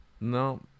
No